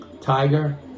Tiger